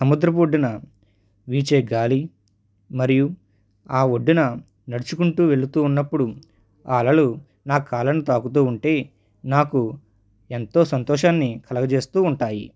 సముద్రపు ఒడ్డున వీచే గాలి మరియు ఆ ఒడ్డున నడుచుకుంటూ వెళ్తూ ఉన్నప్పుడు ఆ అలలు నా కాళ్ళను తాకుతూ ఉంటే నాకు ఎంతో సంతోషాన్ని కలగజేస్తూ ఉంటాయి